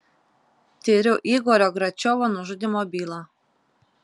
tiriu igorio gračiovo nužudymo bylą